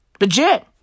Legit